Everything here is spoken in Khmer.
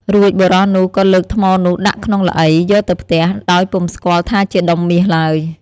រួចបុរសនោះ ក៏លើកថ្មនោះដាក់ក្នុងល្អី យកទៅផ្ទះ ដោយពុំស្គាល់ថាជាដុំមាសឡើយ ។